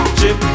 chip